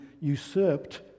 usurped